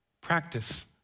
Practice